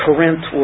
Corinth